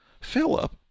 Philip